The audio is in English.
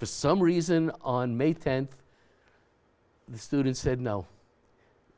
for some reason on may tenth the students said no